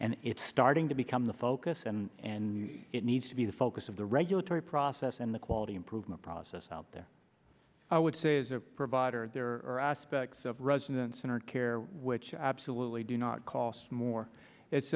and it's starting to become the focus and and it needs to be the focus of the regulatory process and the quality improvement process out there i would say as a provider there are aspects of residents in our care which i absolutely do not cost more it's